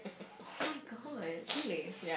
oh-my-god really